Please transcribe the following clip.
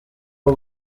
abo